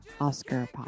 Oscar